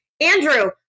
Andrew